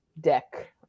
deck